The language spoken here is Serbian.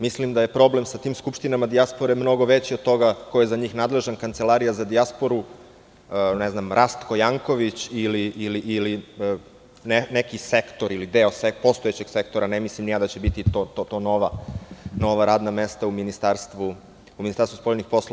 Mislim da je problem sa tim skupštinama, dijaspora je mnogo veća od toga ko je za njih nadležan, Kancelarija za dijasporu, ne znam Rastko Janković, ili neki sektor, ili deo postojećeg sektora, ne mislim ni ja da će to biti nova radna mesta u Ministarstvu spoljnih poslova.